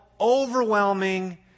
overwhelming